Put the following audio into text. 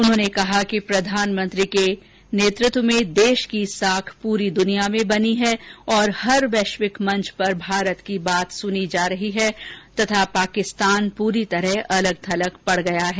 उन्होंने कहा कि प्रधानमंत्री नरेन्द्र मोदी के नेतृत्व में देश की साख पूरी दुनिया में बनी है और हर वैश्विक मंच पर भारत की बात सुनी जा रही है तथा पाकिस्तान पुरी तरह अलग थलग पड गया है